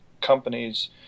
companies